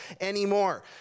anymore